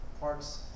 parts